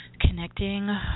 connecting